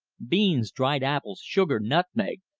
beans, dried apples, sugar, nutmeg,